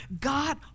God